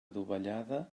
dovellada